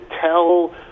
tell